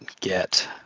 get